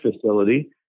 facility